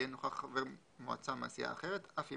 יהיה נוכח חבר מועצה מסיעה אחרת אף אם